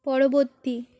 পরবর্তী